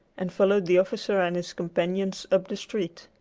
and followed the officer and his companions up the street.